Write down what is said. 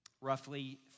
roughly